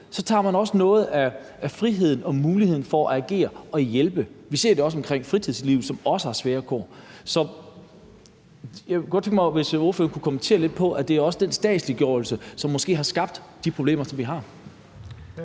Så tager man også noget af friheden og muligheden for at kunne agere og hjælpe. Vi ser det også omkring fritidslivet, som også har svære vilkår. Så jeg kunne godt tænke mig, at ordføreren kommenterede lidt på, at det også er den statsliggørelse, som måske har skabt de problemer, som vi har.